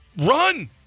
Run